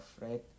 right